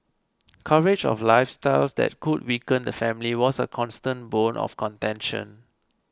coverage of lifestyles that could weaken the family was a constant bone of contention